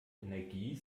energie